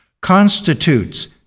CONSTITUTES